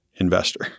investor